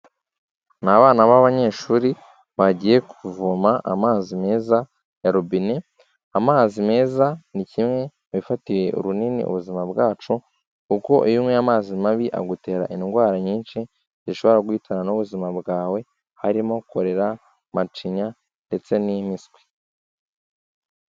Ni abana b'abanyeshuri bagiye kuvoma amazi meza ya robine, amazi meza ni kimwe mu bifatiye runini ubuzima bwacu, kuko iyo unyweye amazi mabi agutera indwara nyinshi zishobora guhitana n'ubuzima bwawe, harimo korera, macinya ndetse n'imimiswi.